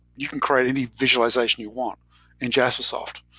you can create any visualization you want in jaspersoft.